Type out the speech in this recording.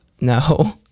no